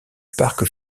parc